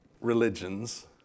religions